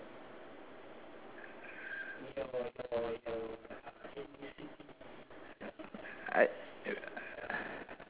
I